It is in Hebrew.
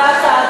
זאת הצעה